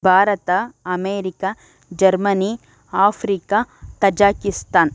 Bharat America Germany Africa Tajikistan